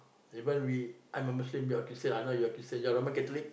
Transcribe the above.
even we I'm a Muslim you're a Christian I know you're a Christian you're Roman Catholic